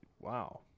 wow